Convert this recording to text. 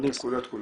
לא את כולם,